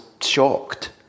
shocked